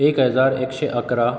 एक हजार एकशें अकरा